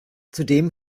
zudem